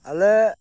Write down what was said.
ᱟᱞᱮ